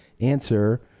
answer